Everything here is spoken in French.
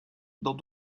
dans